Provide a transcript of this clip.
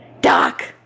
Doc